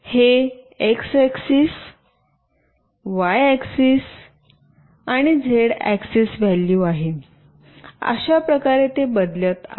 हे X axis Y axis आणि Z axis value आहे अशा प्रकारे ते बदलत आहेत